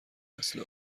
مثل